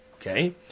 okay